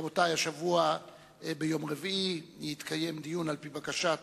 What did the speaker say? רבותי, השבוע ביום רביעי יתקיים דיון על-פי בקשת